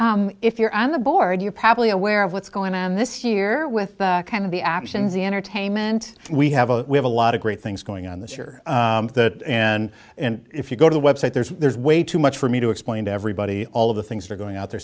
so if you're on the board you're probably aware of what's going on this year with kind of the actions the entertainment we have a we have a lot of great things going on this year that and if you go to the website there's there's way too much for me to explain to everybody all of the things that are going out there